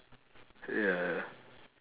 ya